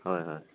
হয় হয়